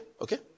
okay